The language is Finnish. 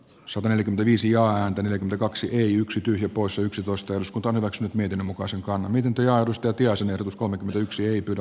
salonen viisi ääntä neljä kaksi yksi tyhjä poissa yksitoista jos kotona vox myytin mukaan silikonirintoja ostotiaisen ehdotus kolmekymmentäyksi ei pidä